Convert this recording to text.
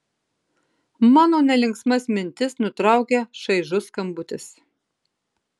mano nelinksmas mintis nutraukia šaižus skambutis